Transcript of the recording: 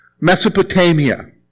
Mesopotamia